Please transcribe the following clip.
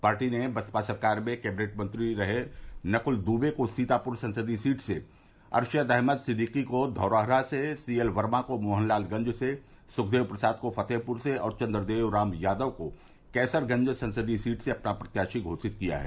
party ने बसपा सरकार में कैबिनेट मंत्री रहे नकूल दुवे को सीतापुर संसदीय सीट से अरशद अहमद सिद्दीकी को धौरहरा से सीएल वर्मा को मोहनलालगंज से सुखदेव प्रसाद को फतेहपुर से और चन्द्रदेव राम यादव को कैसरगंज संसदीय सीट से अपना प्रत्याशी घोषित किया है